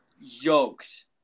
yoked